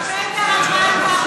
נובמבר 2014,